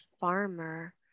farmer